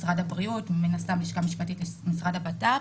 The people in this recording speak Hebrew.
משרד הבריאות והלשכה המשפטית של משרד הבט"פ,